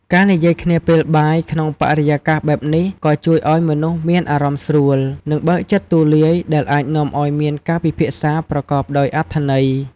ការនិយាយគ្នាពេលបាយ ក្នុងបរិយាកាសបែបនេះ ក៏ជួយឱ្យមនុស្សមានអារម្មណ៍ស្រួល និងបើកចិត្តទូលាយ ដែលអាចនាំឱ្យមានការពិភាក្សាប្រកបដោយអត្ថន័យ។